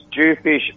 Jewfish